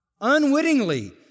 Unwittingly